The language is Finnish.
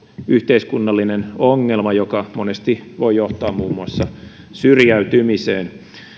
yhteiskunnallinen ongelma joka monesti voi johtaa muun muassa syrjäytymiseen